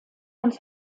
uns